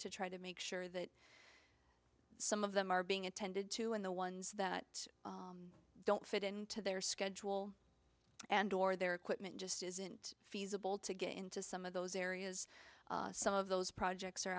to try to make sure that some of them are being attended to and the ones that don't fit into their schedule and or their equipment just isn't feasible to get into some of those areas some of those projects are